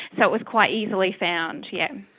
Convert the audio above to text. so it was quite easily found, yes.